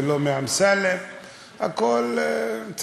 ולא מאמסלם.